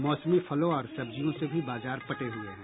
मौसमी फलों और सब्जियों से भी बाजार पटे हुए हैं